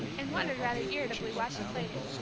and wondered rather irritably why she played it.